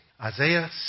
Isaiah